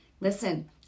Listen